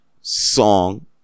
song